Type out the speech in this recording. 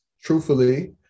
Truthfully